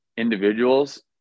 individuals